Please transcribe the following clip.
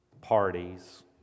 parties